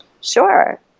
Sure